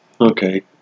Okay